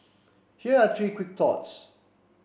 here are three quick thoughts